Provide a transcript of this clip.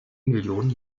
millionen